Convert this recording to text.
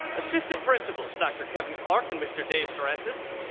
assistant principals dr. kevin clarke and mr. dave sorensits,